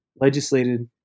legislated